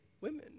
women